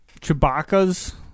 Chewbacca's